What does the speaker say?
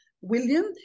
William